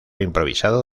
improvisado